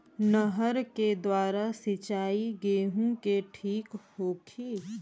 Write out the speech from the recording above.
नहर के द्वारा सिंचाई गेहूँ के ठीक होखि?